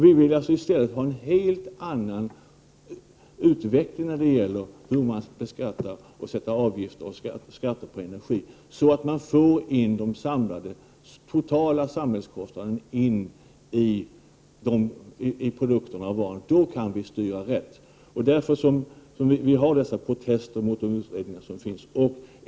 Vi vill i stället ha en helt annan utveckling när det gäller beskattningen och när det gäller avgiftsbeläggningen och beskattningen av energin, så att priset på varorna uttrycker de totala samhällskostnaderna. Då kan vi styra rätt. Därför protesterar vi mot de utredningar som gjorts.